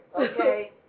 Okay